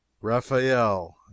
Raphael